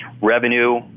revenue